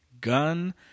gun